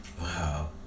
Wow